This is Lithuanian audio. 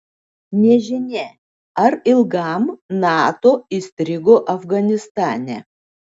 nežinia ar ilgam nato įstrigo afganistane